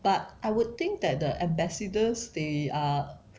but I would think that the ambassadors they are